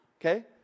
okay